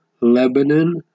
Lebanon